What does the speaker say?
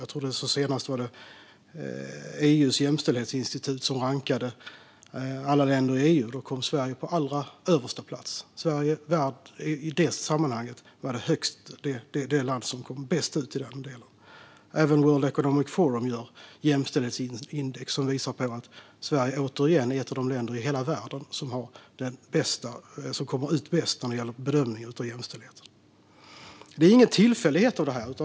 Jag tror att det senast var EU:s jämställdhetsinstitut som rankade alla länder i EU, och där kom Sverige på översta plats. Sverige var i det sammanhanget det land som kom bäst ut i den delen. Även World Economic Forum gör jämställdhetsindex som visar på att Sverige återigen är ett av de länder i hela världen som kommer ut bäst när det gäller bedömningen av jämställdheten. Detta är inga tillfälligheter.